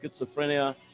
schizophrenia